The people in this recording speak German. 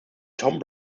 tom